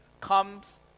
comes